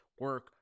Work